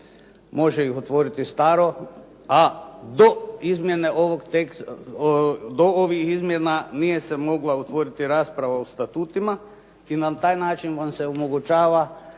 može ih otvoriti staro, a do ovih izmjena nije se mogla otvoriti rasprava o statutima i na taj način vam se omogućava